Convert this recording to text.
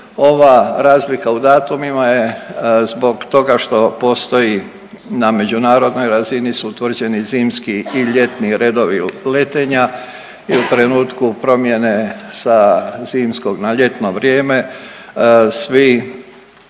Ova razlika u datumima je zbog toga što postoji, na međunarodnoj razini su utvrđeni zimski i ljetni redovi letenja i u trenutku promjene sa zimskog na ljetno vrijeme svi